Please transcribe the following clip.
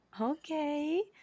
okay